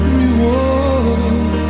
reward